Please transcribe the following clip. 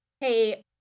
hey